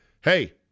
hey